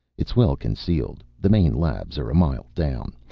it's well concealed. the main labs are a mile down.